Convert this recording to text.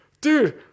dude